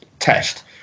Test